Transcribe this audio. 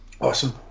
Awesome